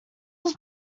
was